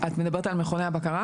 את מדברת על מכוני הבקרה?